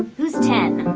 who's ten.